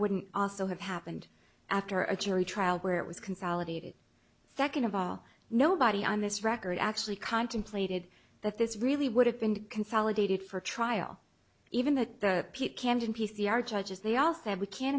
wouldn't also have happened after a jury trial where it was consolidated second of all nobody on this record actually contemplated that this really would have been consolidated for a trial even that the camden p c r judges they all said we can't